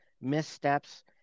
missteps